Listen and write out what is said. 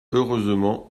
heureusement